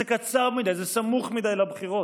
זה קצר מדי, זה סמוך מדי לבחירות.